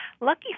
lucky